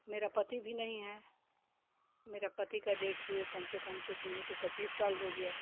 मेरा पति भी नहीं है मेरा पति का डेथ हुए कम से कम कुछ नहीं तो पच्चीस साल हो गया है